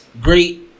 great